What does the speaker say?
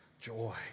joy